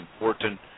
important